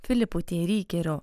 filipu t rykeriu